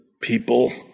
people